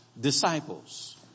disciples